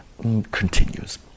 continues